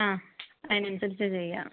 ആ അതിനനുസരിച്ച് ചെയ്യാം